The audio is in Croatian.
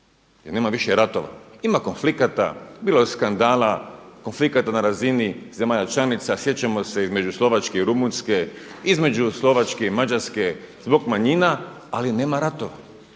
nema više ratova. Ima konflikata, bilo je skandala, konflikata na razini zemalja članica. Sjećamo se između Slovačke i Rumunjske, između Slovačke i Mađarske zbog manjina, ali nema ratova.